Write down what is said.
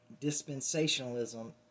dispensationalism